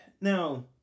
Now